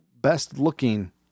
best-looking